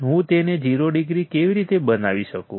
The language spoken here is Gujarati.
હું તેને 0 ડિગ્રી કેવી રીતે બનાવી શકું